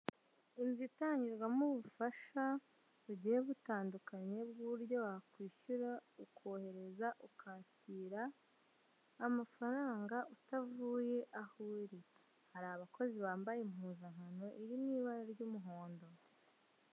Inzu itangirwamo ubufasha bugiye butandukanye bw'uburyo wakwishyura ukohereza, ukakira amafaranga utavuye aho uri. Hari abakozi bambaye impuzankano, irimo ibara ry'umuhondo.